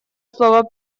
слово